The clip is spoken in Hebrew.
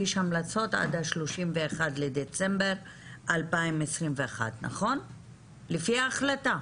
המלצות עד ה-31 בדצמבר 2021 לפי ההחלטה.